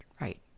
right